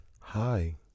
hi